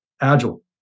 agile